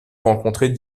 rencontrer